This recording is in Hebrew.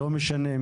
לא משנה,